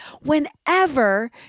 whenever